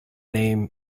name